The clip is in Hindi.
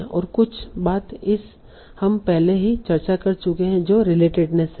और कुछ बात हम पहले ही चर्चा कर चुके हैं जो रिलेटेडनेस है